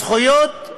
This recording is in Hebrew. הזכויות,